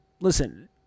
listen